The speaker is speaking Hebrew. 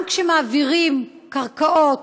גם כשמעבירים קרקעות,